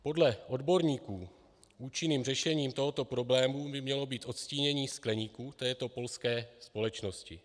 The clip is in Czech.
Podle odborníků účinným řešením tohoto problémy by mělo být odstínění skleníků této polské společnosti.